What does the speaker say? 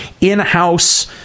in-house